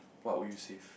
what will you save